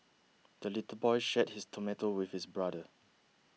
the little boy shared his tomato with his brother